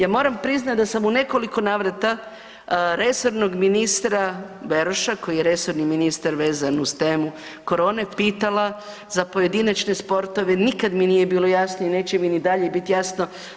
Ja moram priznati da sam u nekoliko navrata resornog ministra Beroša, koji je resorni ministar vezan uz temu korone pitala za pojedinačne sportove, nikad mi nije bilo jasno i neće mi ni dalje biti jasno.